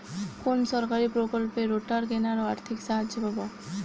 কোন সরকারী প্রকল্পে রোটার কেনার আর্থিক সাহায্য পাব?